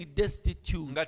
destitute